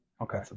Okay